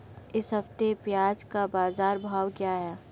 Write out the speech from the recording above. इस हफ्ते प्याज़ का बाज़ार भाव क्या है?